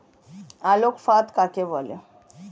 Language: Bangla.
আলোক ফাঁদ কাকে বলে?